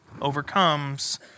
overcomes